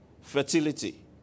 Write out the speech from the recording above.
fertility